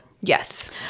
Yes